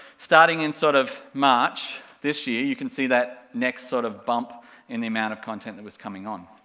starting in sort of march this year, you can see that next sort of bump in the amount of content that was coming on.